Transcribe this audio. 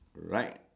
right